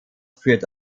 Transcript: führt